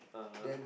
(uh huh)